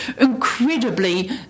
incredibly